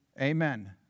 Amen